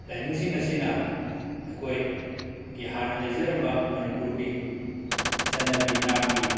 ꯂꯥꯏꯅꯤꯡꯁꯤꯡ ꯑꯁꯤꯅ ꯑꯩꯈꯣꯏ ꯒꯤ ꯍꯥꯟꯅ ꯂꯩꯖꯔꯝꯕ ꯃꯅꯤꯄꯨꯔꯒꯤ ꯆꯠꯅꯕꯤ ꯅꯥꯠꯀꯤ